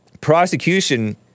prosecution